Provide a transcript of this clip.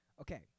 Okay